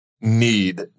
need